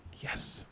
yes